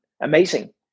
amazing